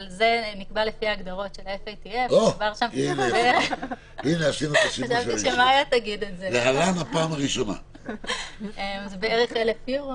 אבל זה מקובל לפי ההגדרות של ה FATF. זה בערך 1000 יורו.